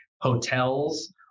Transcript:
hotels